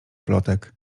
plotek